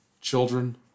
Children